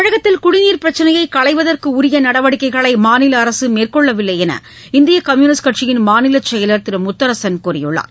தமிழகத்தில் குடிநீர் பிரச்சினையை களைவதற்கு உரிய நடவடிக்கைகளை மாநில அரசு மேற்கொள்ளவில்லை என்று இந்திய கம்யூனிஸ்ட் கட்சியின் மாநில செயலர் திரு முத்தரசன் கூறியுள்ளார்